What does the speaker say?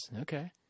Okay